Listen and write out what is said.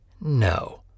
No